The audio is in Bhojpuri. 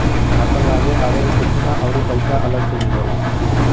आपन लागे आवे के कुछु ना अउरी पइसा अलग से मिलेला